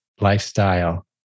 lifestyle